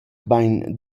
bain